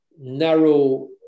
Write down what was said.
narrow